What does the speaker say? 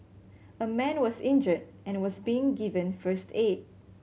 a man was injured and was being given first aid